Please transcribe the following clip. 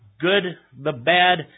good-the-bad